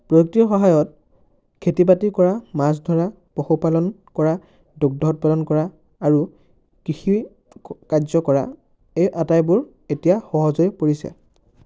প্ৰযুক্তিৰ সহায়ত খেতি বাতি কৰা মাছ ধৰা পশুপালন কৰা দুগ্ধ উৎপাদন কৰা আৰু কৃষিকাৰ্য্য কৰা এই আটাইবোৰ এতিয়া সহজ হৈ পৰিছে